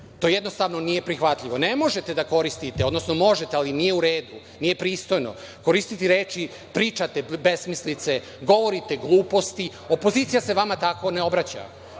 jednostavno prihvatljivo. Ne možete da koristite, odnosno možete, ali nije u redu, nije pristojno koristiti reči – pričate besmislice, govorite gluposti. Opozicija se vama tako ne obraća.